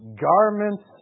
garments